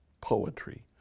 poetry